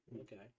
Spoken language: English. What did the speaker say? Okay